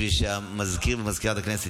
בשביל שמזכיר הכנסת